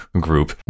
group